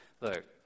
look